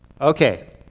Okay